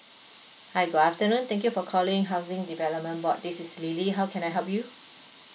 hi good afternoon thank you for calling housing development board this is lily how can I help you